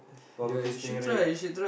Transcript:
barbecue stingray